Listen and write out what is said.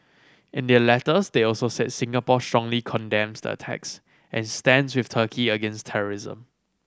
in their letters they also said Singapore strongly condemns the attacks and stands with Turkey against terrorism